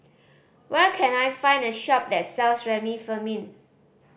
where can I find a shop that sells Remifemin